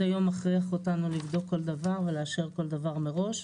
היום מכריח אותנו לבדוק כל דבר ולאשר כל דבר מראש,